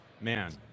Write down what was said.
man